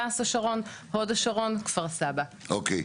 תע"ש השרון הוד השרון כפר סבא,